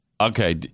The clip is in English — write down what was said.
Okay